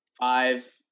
five